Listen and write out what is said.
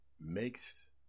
makes